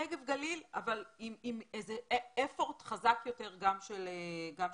נגב גליל, אבל עם איזה מאמץ חזק יותר גם של הרשות.